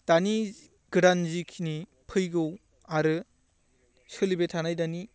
दानि गोदान जिखिनि फैगौ आरो सोलिबाय थानाय दानि